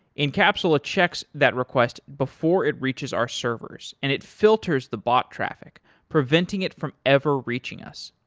incapsula checks that request before it reaches our servers and it filters the bot traffic preventing it from ever reaching us.